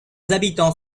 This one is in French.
habitants